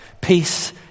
Peace